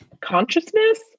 consciousness